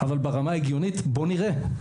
אבל ברמה ההגיונית בוא נראה.